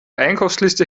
einkaufsliste